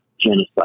genocide